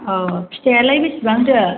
औ फिथाइयालाय बेसेबांथो